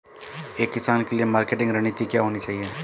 एक किसान के लिए मार्केटिंग रणनीति क्या होनी चाहिए?